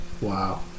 Wow